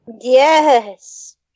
Yes